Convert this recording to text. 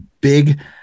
big